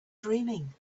dreaming